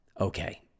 Okay